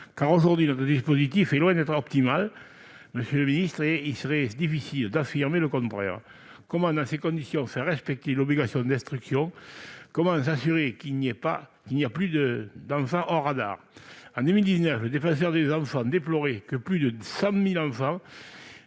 Aujourd'hui, notre dispositif est loin d'être optimal, monsieur le ministre. Il serait difficile d'affirmer le contraire. Comment, dans ces conditions, faire respecter l'obligation d'instruction, comment s'assurer qu'il n'y a plus d'enfants « hors radars »? En 2019, le Défenseur des enfants a déploré le fait que plus de 100 000 enfants